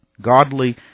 godly